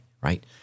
right